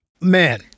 Man